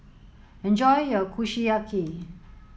enjoy your Kushiyaki